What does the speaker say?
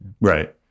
Right